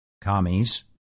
commies